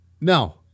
No